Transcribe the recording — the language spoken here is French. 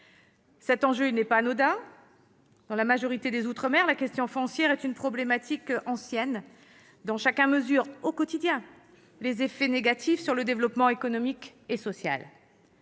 L'enjeu n'est pas anodin : dans la majorité des outre-mer, la question foncière est une problématique ancienne dont chacun mesure, au quotidien, les effets négatifs sur le développement économique et social.